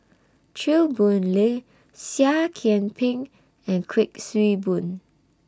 Chew Boon Lay Seah Kian Peng and Kuik Swee Boon